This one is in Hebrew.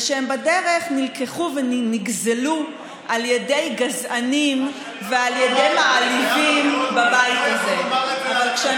ושהן בדרך נלקחו ונגזלו על ידי גזענים ועל ידי מעליבים בבית הזה אני